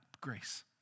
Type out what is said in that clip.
Grace